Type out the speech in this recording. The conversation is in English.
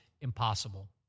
impossible